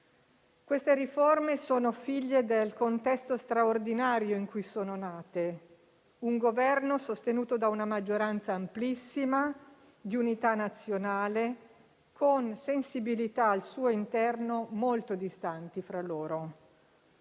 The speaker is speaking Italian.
Queste riforme sono figlie del contesto straordinario in cui sono nate: un Governo sostenuto da una maggioranza amplissima, di unità nazionale, con sensibilità al suo interno molto distanti fra loro.